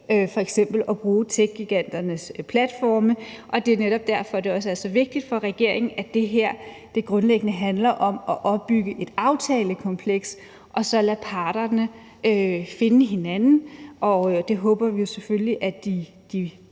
at bruge techgiganternes platforme, og det er netop derfor, det også er så vigtigt for regeringen, at det her grundlæggende handler om at opbygge et aftalekompleks og så lade parterne finde hinanden. Det håber vi jo selvfølgelig at